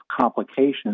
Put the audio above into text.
complications